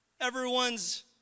everyone's